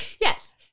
Yes